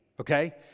Okay